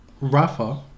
Rafa